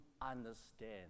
understand